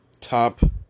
top